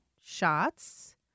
shots